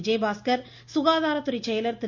விஜயபாஸ்கர் சுகாதாரதுறை செயலர திரு